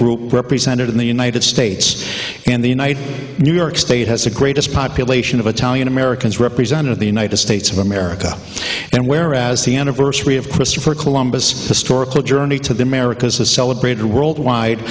group represented in the united states and the united new york state has the greatest population of a talian americans represent of the united states of america and where as the anniversary of christopher columbus historical journey to the americas is celebrated worldwide